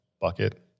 bucket